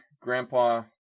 Grandpa